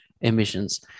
emissions